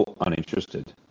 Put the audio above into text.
uninterested